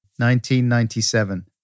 1997